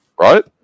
Right